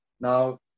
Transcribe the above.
now